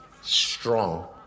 strong